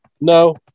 No